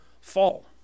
fall